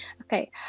Okay